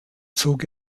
zog